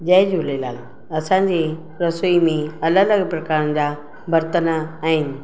जय झूलेलाल असांजी रसोई में अलॻि अलॻि प्रकारनि जा बर्तन आहिनि